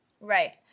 right